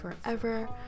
Forever